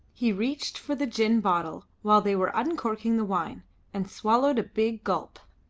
he reached for the gin bottle while they were uncorking the wine and swallowed a big gulp.